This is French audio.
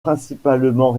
principalement